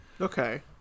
Okay